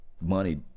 money